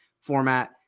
format